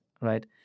right